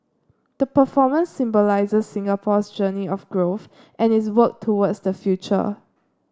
the performance symbolises Singapore's journey of growth and its work towards the future